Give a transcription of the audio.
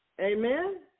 Amen